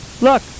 Look